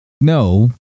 No